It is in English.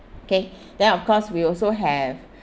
K then of course we also have